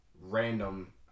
random